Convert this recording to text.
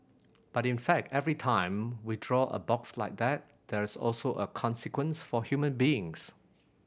but in fact every time we draw a box like that there is also a consequence for human beings